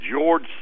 George